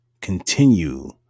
continue